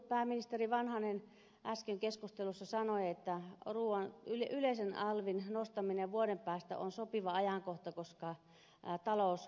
pääministeri vanhanen äsken keskustelussa sanoi että yleisen alvin nostaminen vuoden päästä on sopiva ajankohta koska talous lähtee kasvuun